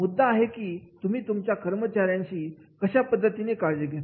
मुद्दा आहे की तुम्ही तुमच्या कर्मचाऱ्यांची कशा पद्धतीने काळजी घेता